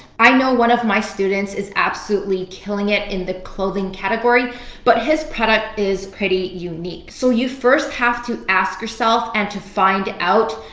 i know one of my students is absolutely killing it in the clothing category but his product is pretty unique. so you first have to ask yourself and to find out,